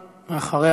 ואחריה,